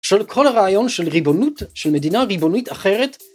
של כל הרעיון של ריבונות, של מדינה ריבונית אחרת.